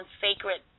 sacred